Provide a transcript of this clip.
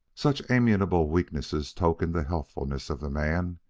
such amiable weaknesses tokened the healthfulness of the man,